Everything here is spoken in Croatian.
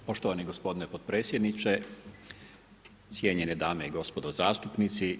Poštovani gospodine potpredsjedniče, cijenjene dame i gospodo zastupnici.